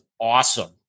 awesome